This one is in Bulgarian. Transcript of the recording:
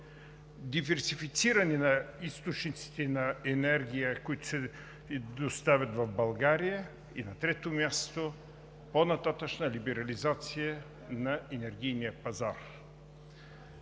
диверсифициране на източниците на енергия, които се доставят в България, и на трето място – по-нататъшна либерализация на енергийния пазар.